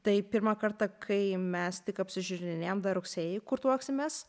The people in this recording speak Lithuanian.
tai pirmą kartą kai mes tik apsižiūrinėjom dar rugsėjį kur tuoksimės